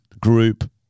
group